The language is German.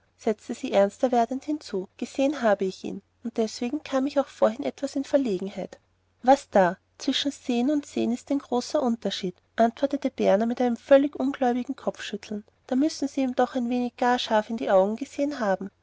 setzte sie ernster werdend hinzu gesehen habe ich ihn und deswegen kam ich auch vorhin etwas in verlegenheit was da zwischen sehen und sehen ist ein großer unterschied antwortete berner mit einem völlig ungläubigen kopfschütteln da müssen sie ihm doch ein wenig gar scharf in die augen gesehen haben